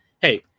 hey